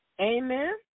Amen